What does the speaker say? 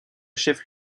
chef